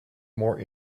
more